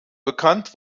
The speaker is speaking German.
bekannt